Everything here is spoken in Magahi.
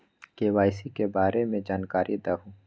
के.वाई.सी के बारे में जानकारी दहु?